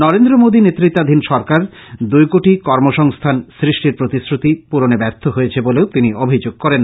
নরেন্দ্র মোদী নেত়নাত্বধীন সরকার দুই কোটি কর্ম সংস্থান সৃষ্টির প্রতিশ্রতি পূরনে ব্যর্থ হয়েছে বলেও তিনি অভিযোগ করেন